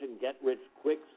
get-rich-quick